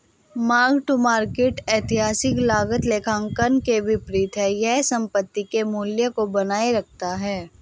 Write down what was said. mark to market ऐतिहासिक लागत लेखांकन के विपरीत है यह संपत्ति के मूल्य को बनाए रखता है